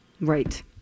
Right